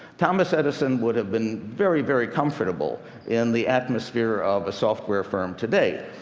thomas edison would have been very, very comfortable in the atmosphere of a software firm today.